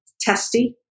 testy